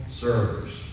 servers